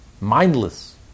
mindless